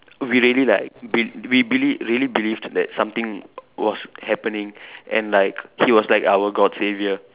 we really like be~ we beli~ really believed that something was happening and like he was like our god saviour